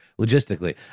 logistically